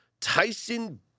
Tyson